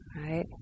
right